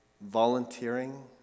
volunteering